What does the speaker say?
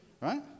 right